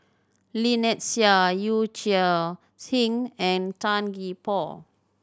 Lynnette Seah Yee Chia Hsing and Tan Gee Paw